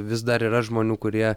vis dar yra žmonių kurie